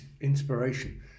inspiration